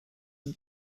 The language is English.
him